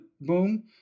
boom